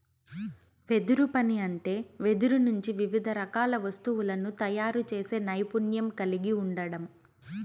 వెదురు పని అంటే వెదురు నుంచి వివిధ రకాల వస్తువులను తయారు చేసే నైపుణ్యం కలిగి ఉండడం